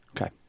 Okay